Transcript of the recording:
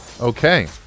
Okay